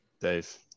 Dave